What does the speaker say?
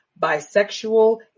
bisexual